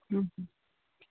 ꯎꯝ